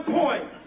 point